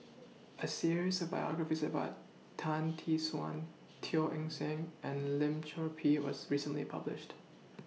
A series of biographies about Tan Tee Suan Teo Eng Seng and Lim Chor Pee was recently published